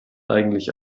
eigentlich